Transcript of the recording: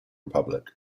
republic